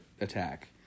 attack